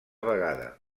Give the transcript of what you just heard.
vegada